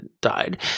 died